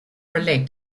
roulette